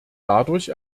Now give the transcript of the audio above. dadurch